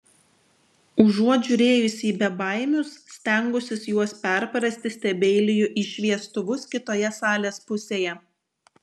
užuot žiūrėjusi į bebaimius stengusis juos perprasti stebeiliju į šviestuvus kitoje salės pusėje